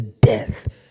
death